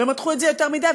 ומתחו את זה יותר מדי,